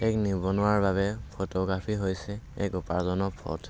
এক নিবনুৱাৰ বাবে ফটোগ্ৰাফী হৈছে এক উপাৰ্জনৰ পথ